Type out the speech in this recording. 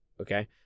okay